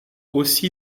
aussi